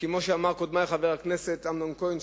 כמו שאמר קודמי חבר הכנסת אמנון כהן,